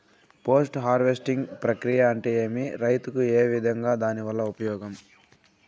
Post harvesting ప్రక్రియ అంటే ఏమి? రైతుకు ఏ విధంగా దాని వల్ల ఉపయోగం?